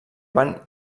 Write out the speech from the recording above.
van